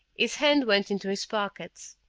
his hand went into his pockets.